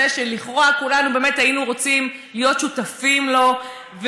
שלכאורה כולנו באמת היינו רוצים להיות שותפים לו,